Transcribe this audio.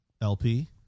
LP